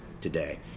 today